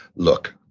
look.